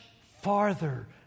farther